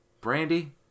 Brandy